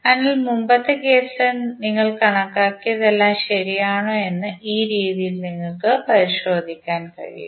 അതിനാൽ മുമ്പത്തെ കേസിൽ നിങ്ങൾ കണക്കാക്കിയതെല്ലാം ശരി ആണോ എന്ന് ഈ രീതിയിൽ നിങ്ങൾക്ക് പരിശോധിക്കാൻ കഴിയും